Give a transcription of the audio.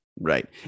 Right